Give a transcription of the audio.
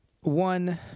one